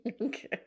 Okay